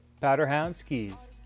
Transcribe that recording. powderhoundskis